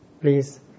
Please